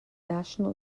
national